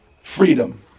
freedom